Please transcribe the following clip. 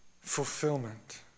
fulfillment